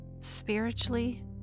spiritually